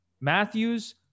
Matthews